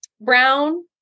Brown